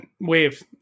Wave